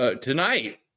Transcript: tonight